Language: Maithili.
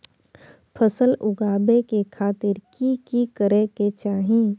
फसल उगाबै के खातिर की की करै के चाही?